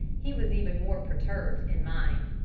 he was even more perturbed in mind.